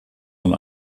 von